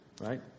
Right